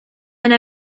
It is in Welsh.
yna